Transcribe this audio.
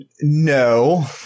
No